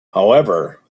however